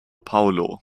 paulo